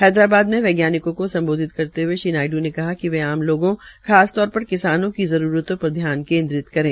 हैदराबाद में वैज्ञानिकों को सम्बोधित करते हुए श्री नायड् ने कहा कि वे आम लोगों खासतौर पर किसानों की जरूरतों पर ध्यान केन्द्रित करें